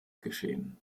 geschehen